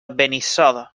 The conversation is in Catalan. benissoda